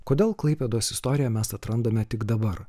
kodėl klaipėdos istoriją mes atrandame tik dabar